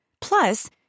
plus